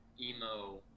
Emo